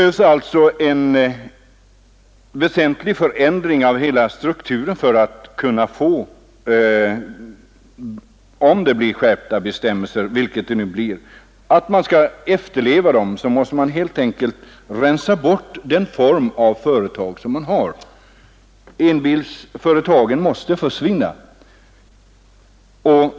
Det behövs en väsentlig förändring av strukturen på företagarsidan för att få till stånd en bättre efterlevnad av bestämmelserna, vare sig de nu blir skärpta eller ej. Man måste helt enkelt rensa bort den form av små företag som finns; enbilsföretagen måste försvinna.